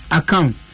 account